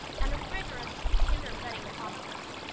and a rigorous tutor-vetting process,